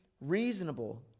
reasonable